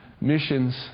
Missions